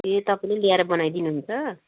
ए तपाईँले ल्याएर बनाइदिनु हुन्छ